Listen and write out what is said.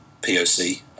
POC